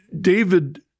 David